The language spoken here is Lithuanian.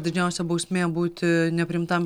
didžiausia bausmė būti nepriimtam